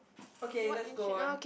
okay let's go on